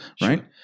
right